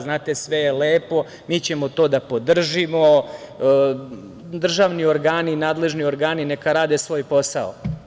Znate, sve je lepo, mi ćemo to da podržimo, državni organi, nadležni organi neka rade svoj posao.